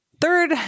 Third